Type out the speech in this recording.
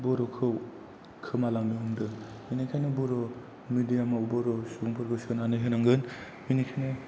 बर'खौ खोमालांनो हमदों बेनिखायनो बर' मिदियाम आव बर' सुबुंफोरखौ सोनानै होनांगोन बेनिखायनो